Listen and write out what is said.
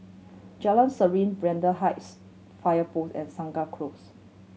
Jalan Serene Braddell Heights Fire Post and Segar Close